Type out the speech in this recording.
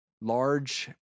large